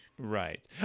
right